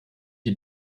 die